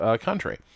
country